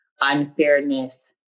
unfairness